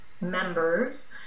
members